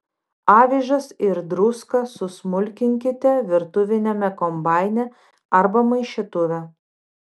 avižas ir druską susmulkinkite virtuviniame kombaine arba maišytuve